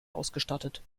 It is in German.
ausgestattet